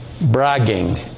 bragging